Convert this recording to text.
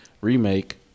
Remake